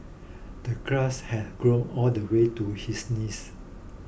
the grass had grown all the way to his knees